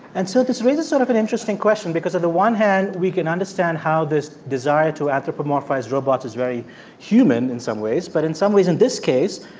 and so this raises sort of an interesting question because, on the one hand, we can understand how this desire to anthropomorphize robots is very human in some ways. but in some ways in this case,